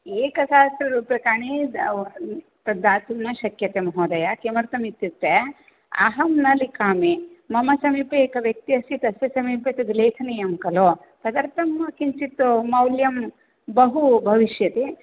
एकसहस्ररूप्यकाणि तद् दातुं न शक्यते महोदय किमर्थमित्युक्ते अहं न लिखामि मम समीपे एकव्यक्तिः अस्ति तस्य समीपे तद् लेखनीयं खलु तदर्थं किञ्चित् मौल्यं बहु भविष्यति